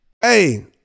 Hey